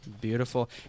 Beautiful